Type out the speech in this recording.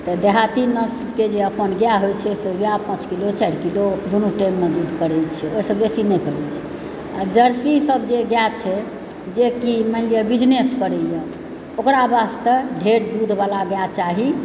तऽ देहाती नस्लके जे अपन गाय होइ छै सेओएह पाँच किलो चारि किलो दुनू टाइममे दूध करै छै ओहिसँ बेसी नहि करै छै आ जर्सी सब जे गाय छै जेकि मानि लिअ बिजनेस करैए ओकरा वास्ते ढ़ेर दूध वला गाय चाही